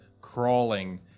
crawling